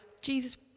Jesus